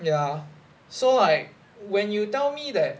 ya so like when you tell me that